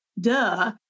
Duh